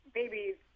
babies